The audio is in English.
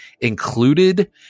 included